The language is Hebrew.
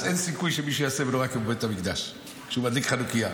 אז אין סיכוי שמישהו יעשה מנורה כמו בבית המקדש כשהוא מדליק חנוכייה.